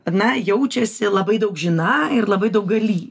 ana jaučiasi labai daug žiną ir labai daug galį